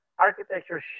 architecture